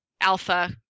alpha